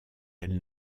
elle